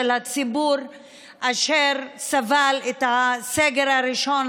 של הציבור אשר סבל את הסגר הראשון,